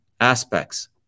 aspects